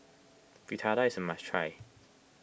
Fritada is a must try